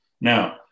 Now